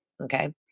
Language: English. okay